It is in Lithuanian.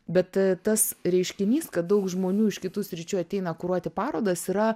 bet tas reiškinys kad daug žmonių iš kitų sričių ateina kuruoti parodas yra